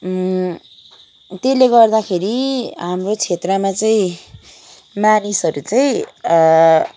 त्यसले गर्दा खेरि हाम्रो क्षेत्रमा चाहिँ मानिसहरू चाहिँ